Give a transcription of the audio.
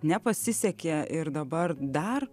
nepasisekė ir dabar dar